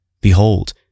Behold